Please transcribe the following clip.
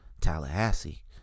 Tallahassee